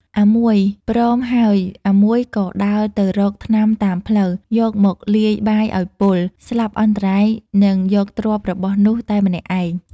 អាមួយព្រមហើយអាមួយក៏ដើរទៅរកថ្នាំតាមផ្លូវ យកមកលាយបាយឲ្យពុល ស្លាប់អន្តរាយ នឹងយកទ្រព្យរបស់នោះតែម្នាក់ឯង ។